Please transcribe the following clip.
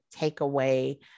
takeaway